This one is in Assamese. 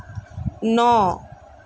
ন